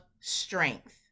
strength